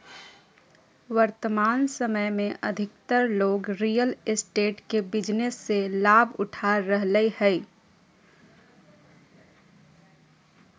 वर्तमान समय में अधिकतर लोग रियल एस्टेट के बिजनेस से लाभ उठा रहलय हइ